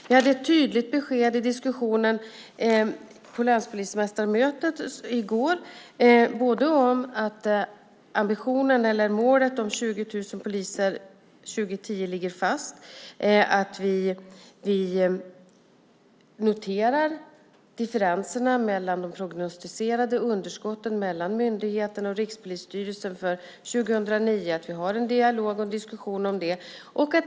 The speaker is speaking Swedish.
Vi gav ett tydligt besked i diskussionen på länspolismästarmötet i går, både om att målet om 20 000 poliser 2010 ligger fast och att vi noterar differenserna mellan de prognostiserade underskotten mellan myndigheterna och Rikspolisstyrelsen för 2009 och har en dialog om det.